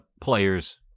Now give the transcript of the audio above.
players